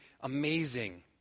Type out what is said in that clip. amazing